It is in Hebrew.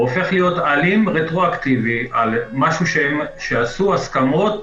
הופך להיות אלים רטרואקטיבי על משהו שעשו בהסכמות